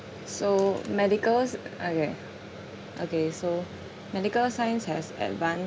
so medical s~ okay okay so medical science has advanced